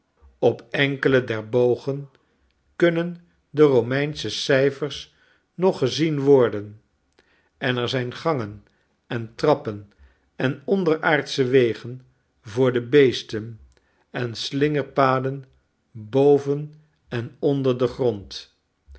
op enkele der bogen kunnen de romeinsche cijfers nog gezien worden en er zijn gangen en trappen en onderaardsche wegen voor de beesten en slingerpaden boven en onder den grond